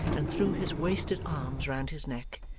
and threw his wasted arms round his neck,